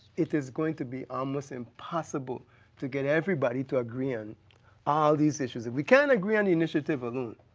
it is going to be um almost impossible to get everybody to agree on all these issues. if we can't agree on the initiative alone,